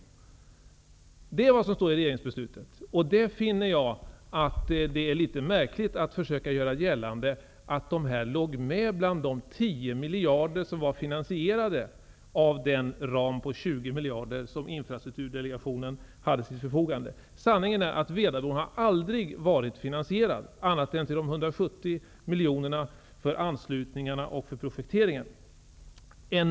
Det är alltså vad som står i regeringsbeslutet, och jag finner att det är litet märkligt att försöka göra gällande att de här pengarna fanns med bland de 10 miljarder som var finansierade av den ram på 20 miljarder som infrastrukturdelegationen hade till förfogande. Sanningen är att Vedabron aldrig har varit finansierad, annat än till de 170 miljonerna för anslutningarna och för projekteringen.